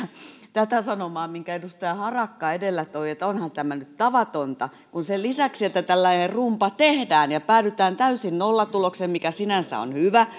tätä sanomaa minkä edustaja harakka edellä toi että onhan tämä nyt tavatonta kun sen lisäksi että tällainen rumba tehdään ja päädytään täysin nollatulokseen mikä sinänsä on hyvä